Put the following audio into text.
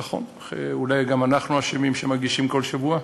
נכון, אולי גם אנחנו אשמים כי מגישים כל שבוע.